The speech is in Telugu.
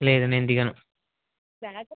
లేదు నేను దిగను